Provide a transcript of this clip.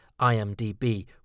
IMDB